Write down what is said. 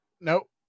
nope